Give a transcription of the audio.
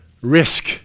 risk